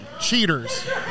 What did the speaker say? Cheaters